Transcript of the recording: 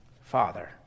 Father